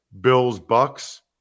Bills-Bucks